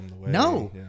no